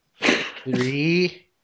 Three